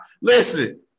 Listen